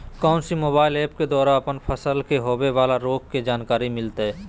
कौन सी mobile app के द्वारा अपन फसल के होबे बाला रोग के जानकारी मिलताय?